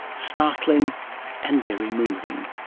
startling and very moving.